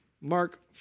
Mark